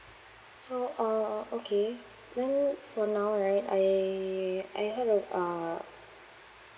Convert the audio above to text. so uh uh okay then for now right I I heard that uh